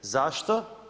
Zašto?